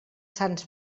sants